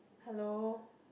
hello